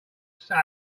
sat